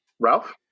Ralph